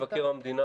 מבקר המדינה,